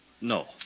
No